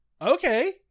Okay